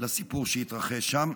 לסיפור שהתרחש שם,